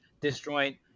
disjoint